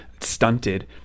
stunted